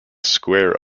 square